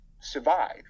survive